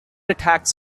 attacks